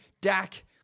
Dak